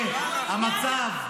זה המצב.